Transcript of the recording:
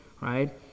right